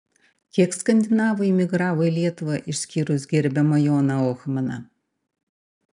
kiek skandinavų imigravo į lietuvą išskyrus gerbiamą joną ohmaną